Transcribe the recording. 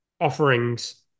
offerings